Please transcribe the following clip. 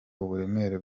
uburemere